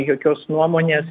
jokios nuomonės